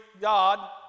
God